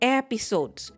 episodes